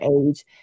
age